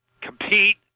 compete